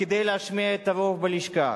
וכדי להשמיע את הרוב בלשכה.